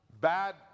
bad